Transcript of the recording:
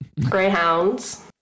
Greyhounds